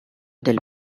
del